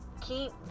keep